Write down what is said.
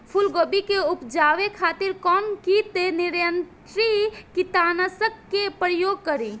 फुलगोबि के उपजावे खातिर कौन कीट नियंत्री कीटनाशक के प्रयोग करी?